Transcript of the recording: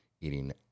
eating